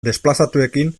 desplazatuekin